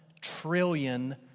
trillion